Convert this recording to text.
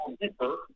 deeper